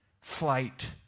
flight